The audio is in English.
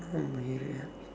oh my area ah